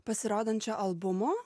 pasirodančio albumo